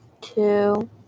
two